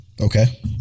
Okay